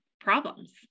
problems